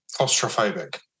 claustrophobic